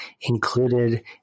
included